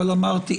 אבל אמרתי,